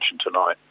tonight